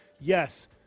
Yes